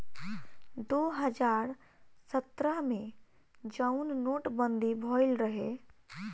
दो हज़ार सत्रह मे जउन नोट बंदी भएल रहे